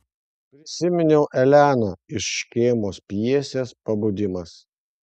prisiminiau eleną iš škėmos pjesės pabudimas